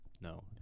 no